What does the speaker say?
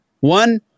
One